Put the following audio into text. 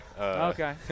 Okay